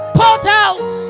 portals